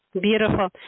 Beautiful